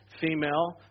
female